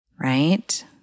right